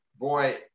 boy